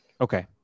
Okay